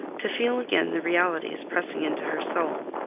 to feel again the realities pressing into her soul.